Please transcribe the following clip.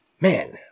man